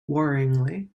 worryingly